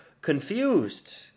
confused